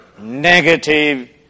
negative